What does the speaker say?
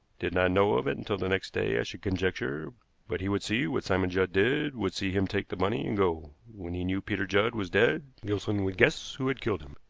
did not know of it until the next day, i should conjecture but he would see what simon judd did, would see him take the money and go. when he knew peter judd was dead, gilson would guess who had killed him.